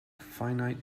finite